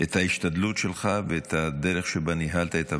את ההשתדלות שלך ואת הדרך שבה ניהלת את הוועדה,